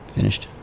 Finished